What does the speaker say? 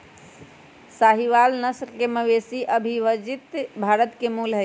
साहीवाल नस्ल के मवेशी अविभजित भारत के मूल हई